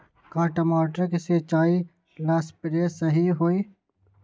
का टमाटर के सिचाई ला सप्रे सही होई?